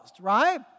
right